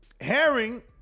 Herring